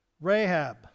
Rahab